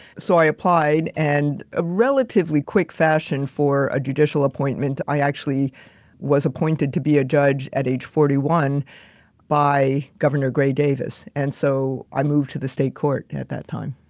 so, i applied and ah relatively quick fashion for a judicial appointment. i actually was appointed to be a judge at age forty one by governor gray davis, and so i moved to the state court at that time.